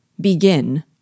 Begin